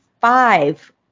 five